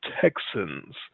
Texans